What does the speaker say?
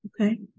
Okay